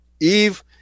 Eve